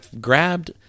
grabbed